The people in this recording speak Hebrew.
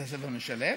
בית ספר משלב,